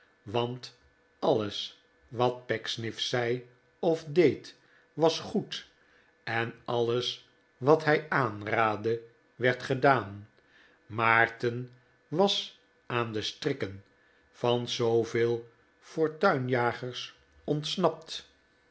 want alles wat pecksniff zei of deed was goed en alles wat hij aanraadde werd gedaan maarten was aan de strikken van zooveel fortuinjagers ontsnapt